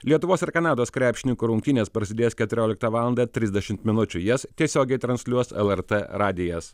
lietuvos ir kanados krepšininkų rungtynės prasidės keturiolikta valandą trisdešimt minučių jas tiesiogiai transliuos lrt radijas